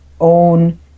own